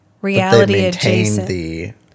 reality-adjacent